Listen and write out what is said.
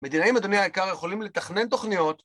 מדינאים, אדוני היקר, יכולים לתכנן תוכניות